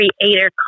Creator